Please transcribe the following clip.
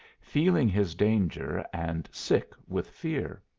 feeling his danger and sick with fear.